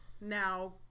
now